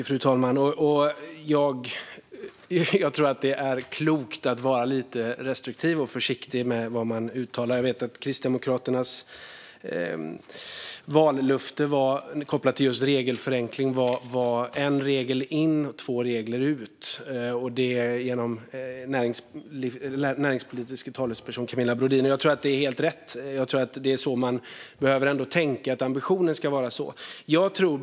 Fru talman! Jag tror att det är klokt att vara lite restriktiv och försiktig med vad man uttalar. Jag vet att Kristdemokraternas vallöfte kopplat till just regelförenkling genom den näringspolitiska talespersonen Camilla Brodin var: en regel in, två regler ut. Jag tror att det är helt rätt. Man behöver tänka så, och ambitionen ska vara denna.